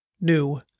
new